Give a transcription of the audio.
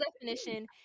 definition